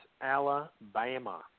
Alabama